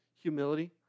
humility